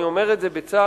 אני אומר את זה בצער,